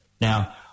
Now